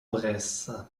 bresse